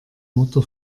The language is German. mutter